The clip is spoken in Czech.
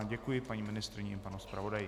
Děkuji paní ministryni i panu zpravodaji.